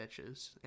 bitches